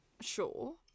Sure